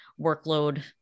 workload